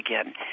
again